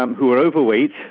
um who were overweight,